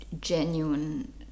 genuine